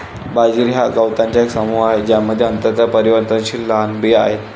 बाजरी हा गवतांचा एक समूह आहे ज्यामध्ये अत्यंत परिवर्तनशील लहान बिया आहेत